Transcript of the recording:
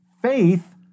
faith